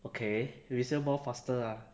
okay resale more faster ah